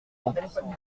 ans